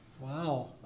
Wow